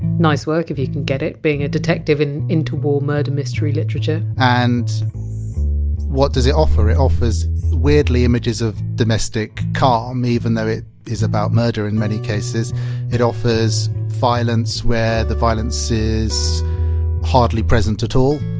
nice job if you can get it, being a detective in interwar murder mystery literature and what does it offer? it offers weirdly images of domestic calm, even though it is about murder in many cases it offers violence where the violence is hardly present at all.